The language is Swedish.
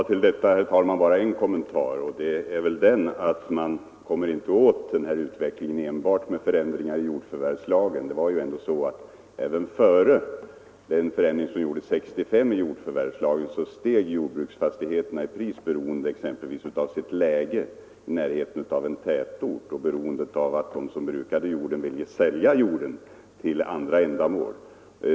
Till detta, herr talman, bara en kommentar. Man kommer inte åt den här utvecklingen enbart med förändringar i jordförvärvslagen. Även före den förändring av jordförvärvslagen som genomfördes 1965 steg jordbruksfastigheterna i pris beroende exempelvis på deras läge i närheten av en tätort eller på att den som brukade jorden ville sälja den för andra ändamål.